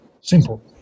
simple